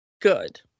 good